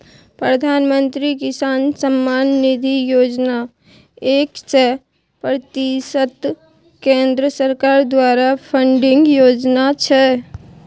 प्रधानमंत्री किसान सम्मान निधि योजना एक सय प्रतिशत केंद्र सरकार द्वारा फंडिंग योजना छै